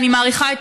אני מעריכה את